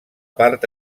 part